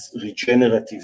regenerative